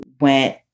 went